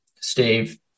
Steve